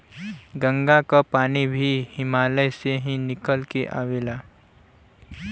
गंगा क पानी भी हिमालय से ही निकल के आवेला